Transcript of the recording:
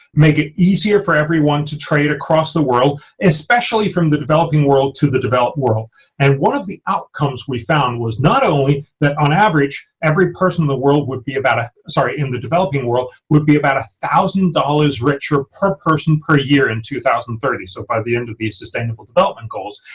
make it easier for everyone to trade across the world especially from the developing world to the developed world and one of the outcomes we found was not only that on average every person in the world would be about. ah sorry in the developing world would be about one thousand dollars richer per person per year in two thousand and thirty so by the end of these sustainable development goals,